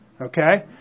Okay